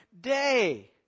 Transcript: day